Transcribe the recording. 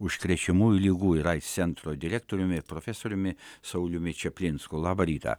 užkrečiamųjų ligų ir aids centro direktoriumi profesoriumi sauliumi čaplinsku labą rytą